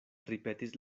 ripetis